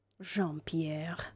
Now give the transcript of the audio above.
Jean-Pierre